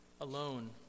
alone